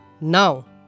Now